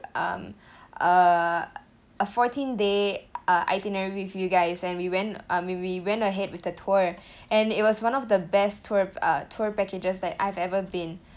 um uh a fourteen day uh itinerary with you guys and we went um we went ahead with the tour and it was one of the best tour uh tour packages that I've ever been